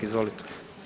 Izvolite.